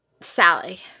sally